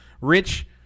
rich